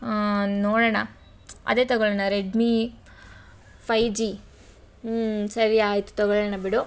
ನೋಡೋಣ ಅದೇ ತಗೊಳ್ಳೋಣ ರೆಡ್ಮೀ ಫೈವ್ ಜಿ ಸರಿ ಆಯಿತು ತಗೊಳ್ಳೋಣ ಬಿಡು